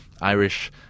Irish